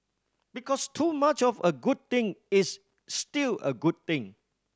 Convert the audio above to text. because too much of a good thing is still a good thing